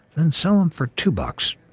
then sell em for two bucks,